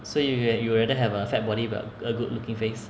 so you you would you rather have a fat body but a good looking face